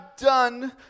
done